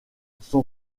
son